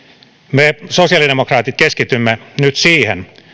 me sosiaalidemokraatit keskitymme nyt siihen